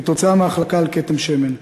כתוצאה מהחלקה על כתם שמן,